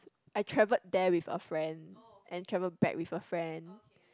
I travelled there with a friend and travelled back with a friend